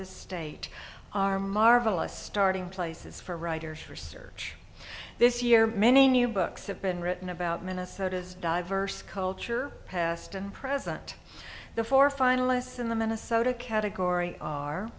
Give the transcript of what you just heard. the state are marvelous starting places for writers for search this year many new books have been written about minnesota's diverse culture past and present the four finalists in the minnesota category are